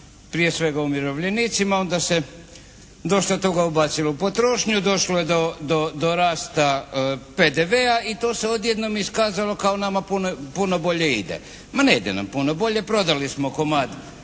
prije svega umirovljenicima. Onda se dosta toga ubacilo u potrošnju. Došlo je do rasta PDV-a i to se odjednom iskazalo kao nama puno bolje ide. Ma ne ide nam puno bolje. Prodali smo komad